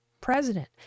president